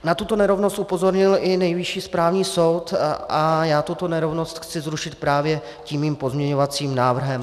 Na tuto nerovnost upozornil i Nejvyšší správní soud a já tuto nerovnost chci zrušit právě tím svým pozměňovacím návrhem.